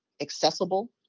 accessible